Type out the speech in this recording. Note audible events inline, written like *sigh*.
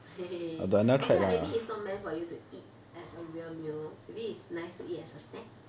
*laughs* okay lah maybe it is not meant for you to eat as a real meal maybe it is nice to eat as a snack